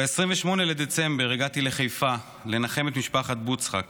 ב-28 בדצמבר הגעתי לחיפה לנחם את משפחת בוצחק.